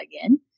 again